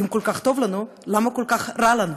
אם כל כך טוב לנו, למה כל כך רע לנו?